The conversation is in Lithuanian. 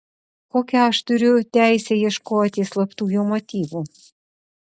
kokią aš turiu teisę ieškoti slaptų jo motyvų